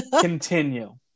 continue